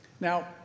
Now